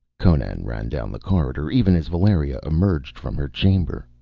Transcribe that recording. conan ran down the corridor, even as valeria emerged from her chamber.